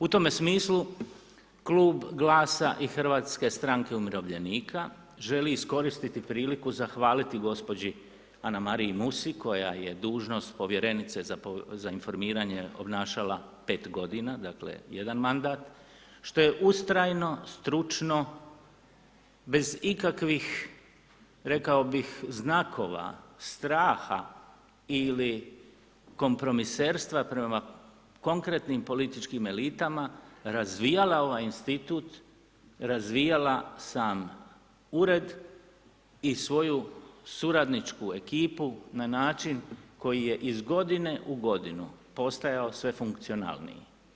U tome smislu, Klub GLAS-a i Hrvatske stranke umirovljenika, želi iskoristiti priliku zahvaliti gospođi Anamariji Musi, koja je dužnost Povjerenice za informiranje obnašala 5 godina, dakle, jedan mandat, što je ustrajno, stručno, bez ikakvih, rekao bih, znakova straha ili kompromiserstva prema konkretnim političkim elitama, razvijala ovaj institut, razvijala sam Ured, i svoju suradničku ekipu, na način koji je iz godine u godinu, postajao sve funkcionalniji.